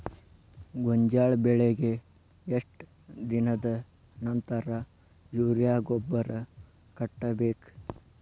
ಗೋಂಜಾಳ ಬೆಳೆಗೆ ಎಷ್ಟ್ ದಿನದ ನಂತರ ಯೂರಿಯಾ ಗೊಬ್ಬರ ಕಟ್ಟಬೇಕ?